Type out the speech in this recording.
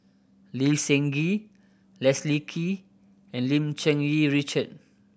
Lee Seng Gee Leslie Kee and Lim Cherng Yih Richard